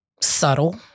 Subtle